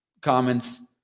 comments